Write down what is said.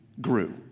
grew